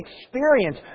experience